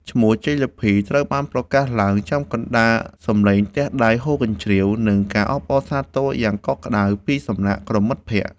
ឈ្មោះជ័យលាភីត្រូវបានប្រកាសឡើងចំកណ្ដាលសំឡេងទះដៃហ៊ោកញ្ជ្រៀវ និងការអបអរសាទរយ៉ាងកក់ក្ដៅពីសំណាក់ក្រុមមិត្តភក្តិ។